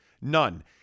None